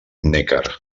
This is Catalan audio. neckar